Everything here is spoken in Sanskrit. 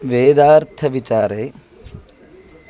वेदार्थविचारे